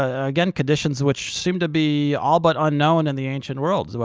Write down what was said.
ah again, conditions which seemed to be all but unknown in the ancient world, so